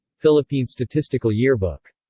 philippine statistical yearbook